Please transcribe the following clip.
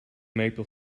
maple